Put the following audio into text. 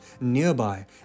nearby